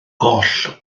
goll